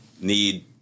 need